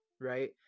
Right